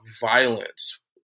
violence